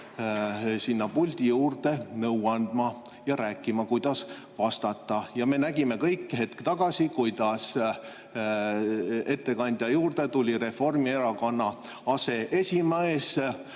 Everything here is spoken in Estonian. sinna puldi juurde nõu andma ja rääkima, kuidas vastata. Me nägime kõik hetk tagasi, kuidas ettekandja juurde tuli Reformierakonna aseesimees